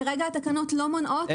כרגע התקנות לא מונעות את זה.